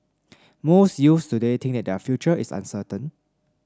most youths today think that their future is uncertain